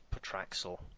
Patraxel